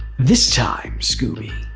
this time scooby,